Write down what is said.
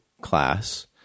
class